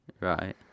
Right